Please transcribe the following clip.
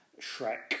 Shrek